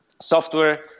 software